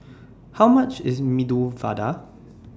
How much IS Medu Vada